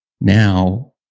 Now